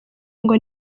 ngo